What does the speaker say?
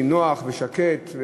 נינוח ושקט,